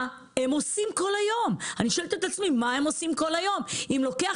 אני שואלת את עצמי: מה הם עושים כל היום אם לוקח